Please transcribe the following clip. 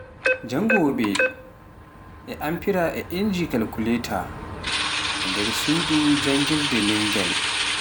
jangoowoɓe a amfira e inji kalkuletaa, e nde suudu janngirde limmgal.